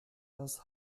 das